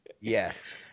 yes